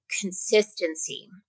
consistency